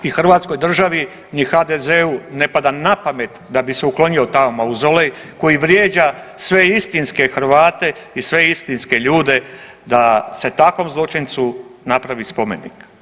I hrvatskoj državi, ni HDZ-u ne pada na pamet da bi se uklonio taj mauzolej koji vrijeđa sve istinske Hrvate i sve istinske ljude da se takvom zločincu napravi spomenik.